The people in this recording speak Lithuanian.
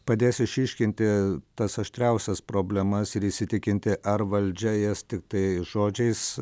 padės išryškinti tas aštriausias problemas ir įsitikinti ar valdžia jas tiktai žodžiais